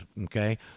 okay